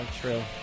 true